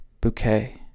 bouquet